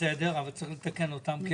בסדר, אבל צריך לתקן אותם.